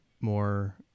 more